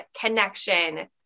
connection